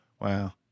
Wow